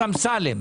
אמסלם: